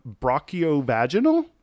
Brachiovaginal